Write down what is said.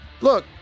look